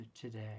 today